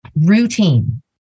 routine